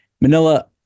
Manila